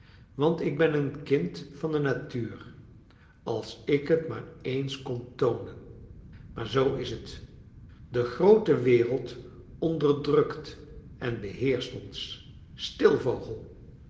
want ik ben een kind van de natuur als ik t maar eens kon toonen maar zoo is het de groote wereld onderdrukt en beheerscht ons stil vogel